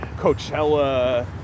Coachella